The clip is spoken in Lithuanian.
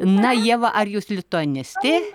na ieva ar jūs lituanistė